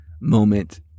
moment